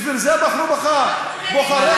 בשביל זה בחרו בך בוחריך,